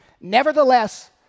Nevertheless